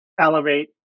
elevate